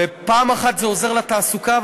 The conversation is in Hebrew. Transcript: וזה גם עוזר לתעסוקה,